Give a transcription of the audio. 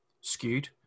Skewed